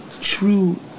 true